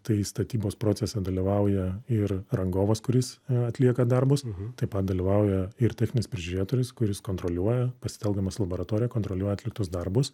tai statybos procese dalyvauja ir rangovas kuris atlieka darbus taip pat dalyvauja ir techninis prižiūrėtojas kuris kontroliuoja pasitelkdamas laboratoriją kontroliuoja atliktus darbus